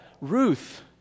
Ruth